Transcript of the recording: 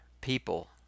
people